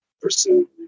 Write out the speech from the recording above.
pursue